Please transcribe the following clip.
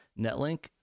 Netlink